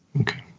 okay